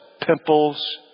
pimples